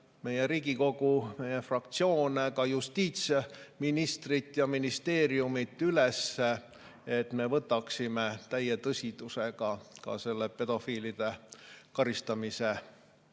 meie Riigikogu, meie fraktsioone, ka justiitsministrit ja ministeeriumi üles, et me võtaksime täie tõsidusega ka pedofiilide karistamise